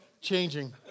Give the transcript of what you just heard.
changing